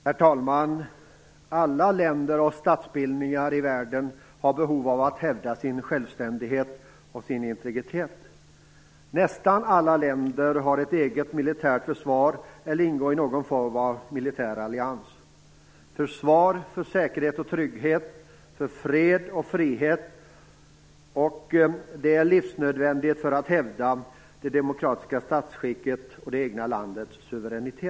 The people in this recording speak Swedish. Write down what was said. Herr talman! Alla länder och statsbildningar i världen har behov av att hävda sin självständighet och integritet. Nästan alla länder har ett eget militärt försvar eller ingår i någon form av militär allians. Ett försvar för säkerhet och trygghet, för fred och frihet är livsnödvändigt för att hävda det demokratiska statsskicket och det egna landets suveränitet.